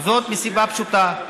וזאת מסיבה פשוטה,